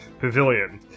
pavilion